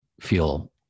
feel